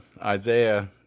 Isaiah